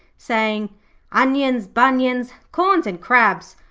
saying onions, bunions, corns and crabs,